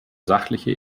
sachliche